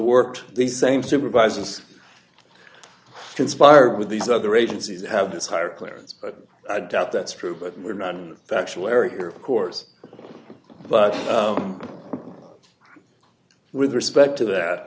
worked the same supervisors conspired with these other agencies have this higher clearance but i doubt that's true but we're not factual error here of course but with respect to that